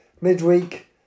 midweek